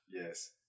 Yes